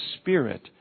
Spirit